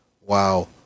Wow